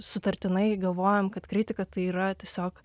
sutartinai galvojam kad kritika tai yra tiesiog